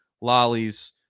Lollies